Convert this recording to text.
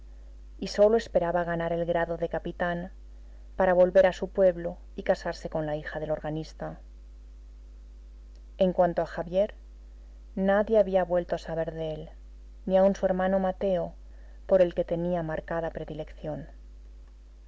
y sólo esperaba ganar el grado de capitán para volver a su pueblo y casarse con la hija del organista en cuanto a javier nadie había vuelto a saber de él ni aun su hermano mateo por el que tenía marcada predilección